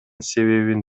себебин